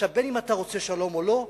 בין אם אתה רוצה שלום בין אם לא,